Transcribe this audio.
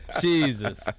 Jesus